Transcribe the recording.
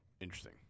interesting